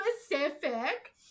specific